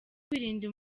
kwirinda